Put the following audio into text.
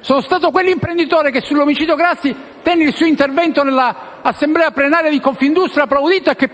Sono stato quell'imprenditore che sull'omicidio Grassi tenne il proprio intervento nell'assemblea plenaria di Confindustria, che